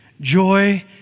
Joy